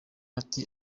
ati